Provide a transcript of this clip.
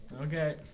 Okay